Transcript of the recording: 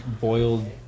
boiled